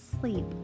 sleep